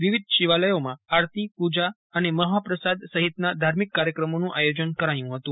વિવિધ શિવાલયોમાં આરતી પૂજા અને મહાપ્રસાદ સહિતના ધાર્મિક કાર્યક્રમોનું આયોજન કરાયું હતું